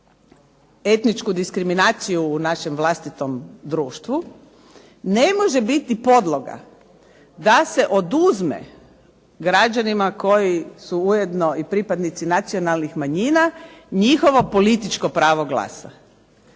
etničku diskriminaciju u našem vlastitom društvu, ne može biti podloga da se oduzme građanima koji su ujedno i pripadnici nacionalnih manjina, njihovo političko pravo glasa.